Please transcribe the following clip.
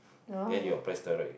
oh